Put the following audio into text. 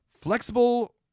flexible